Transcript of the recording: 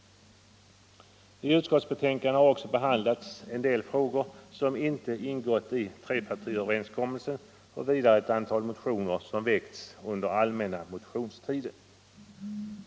I utskottsbetänkandet har också behandlats en del frågor som inte ingått i trepartiöverenskommelsen och vidare ett antal motioner som väckts under allmänna motionstiden.